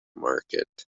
market